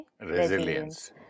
resilience